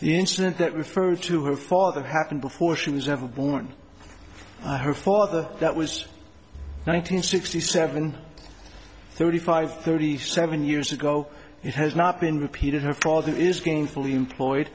the incident that referred to her father happened before she was ever born to her father that was nine hundred sixty seven thirty five thirty seven years ago it has not been repeated her father is gainfully employed